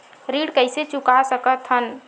ऋण कइसे चुका सकत हन?